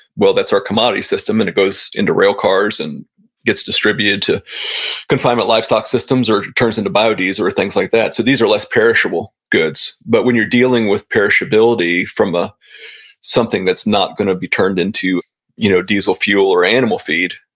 well, that's our commodity system. and it goes into rail cars and gets distributed to confinement livestock systems or it turns into bio ds or things like that. so these are less perishable goods. but when you're dealing with perishability from ah something that's not going to be turned into you know diesel fuel or animal feed,